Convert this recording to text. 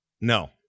No